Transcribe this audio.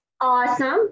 Awesome